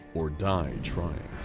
or die trying.